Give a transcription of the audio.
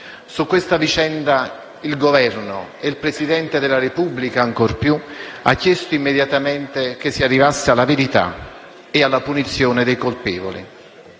Su questa vicenda, il Governo e il Presidente della Repubblica ancor più hanno chiesto immediatamente che si arrivasse alla verità e alla punizione dei colpevoli.